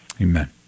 amen